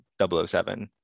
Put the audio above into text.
007